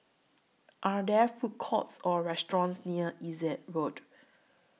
Are There Food Courts Or restaurants near Essex Road